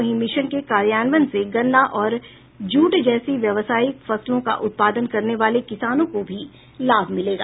वहीं मिशन के कार्यान्वयन से गन्ना और जूट जैसी व्यावसायिक फसलों का उत्पादन करने वाले किसानों को भी लाभ मिलेगा